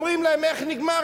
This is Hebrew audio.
אומרים להם איך נגמר?